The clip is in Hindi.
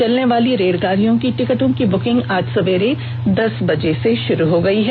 चलने वाली रेलगाड़ियों की टिकटों की बुकिंग आज सवेरे दस बजे से शुरू हो गयी है